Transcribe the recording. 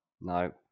No